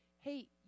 Hey